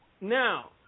now